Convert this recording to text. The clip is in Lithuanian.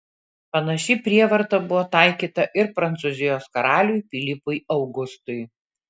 panaši prievarta buvo taikyta ir prancūzijos karaliui pilypui augustui